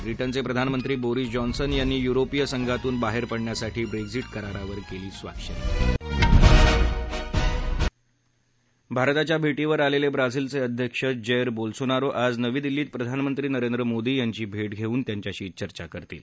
ब्रिडिचे प्रधानमंत्री Boris Johnson यांनी युरोपीय संघातून बाहेर पडण्यासाठी ब्रेक्झिडिकरारावर केली स्वाक्षरी भारताच्या भे मिर आलेले ब्राझीलचे अध्यक्ष जैर बोल सोनारो आज नवी दिल्लीत प्रधानमंत्री नरेंद्र मोदी यांची भे धेऊन त्यांच्याशी चर्चा करतील